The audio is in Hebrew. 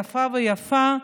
איפה ואיפה.